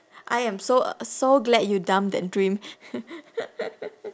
I am so uh so glad you dumped that dream